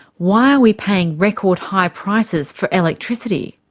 why are we paying record high prices for electricity?